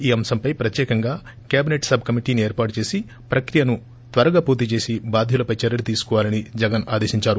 ఈ అంశంపై ప్రత్యేకంగా కేబిసెట్ సబ్ కమిటీని ఏర్పాటు చేసి ప్రక్రియను త్వరగా పూర్తి చేసి బాధ్యులపై చర్యలు తీసుకోవాలని జగన్ ఆదేశించారు